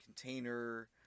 container